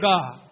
God